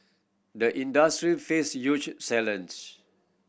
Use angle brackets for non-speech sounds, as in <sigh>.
the industry face huge <unintelligible>